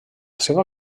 seva